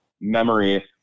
memory